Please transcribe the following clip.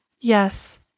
Yes